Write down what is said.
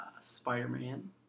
Spider-Man